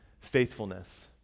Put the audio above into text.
faithfulness